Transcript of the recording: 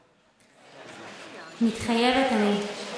(אומרת בשפת הסימנים: מתחייבת אני)